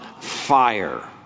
fire